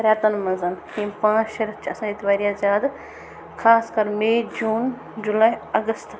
رٮ۪تَن منٛز یِم پانٛژھ شے رٮ۪تھ چھِ آسان ییٚتہِ واریاہ زیادٕ خاص کَر مے جوٗن جُلے اَگَست